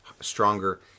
stronger